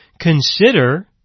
consider